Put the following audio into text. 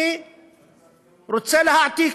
אני רוצה להעתיק,